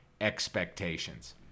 expectations